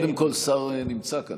קודם כול, שר נמצא כאן.